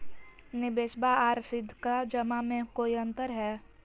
निबेसबा आर सीधका जमा मे कोइ अंतर हय?